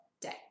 day